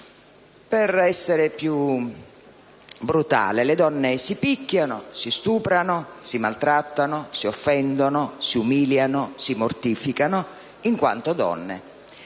Per essere più brutale, le donne si picchiano, si stuprano, si maltrattano, si offendono, si umiliano, si mortificano in quanto donne,